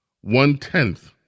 one-tenth